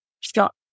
Scott